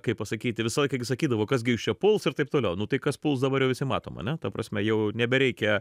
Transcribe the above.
kaip pasakyti visą laiką gi sakydavo kas gi jus čia puls ir taip toliau nu tai kas puls dabar jau visi matom ane ta prasme jau nebereikia